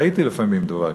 ראיתי לפעמים דבר כזה,